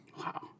Wow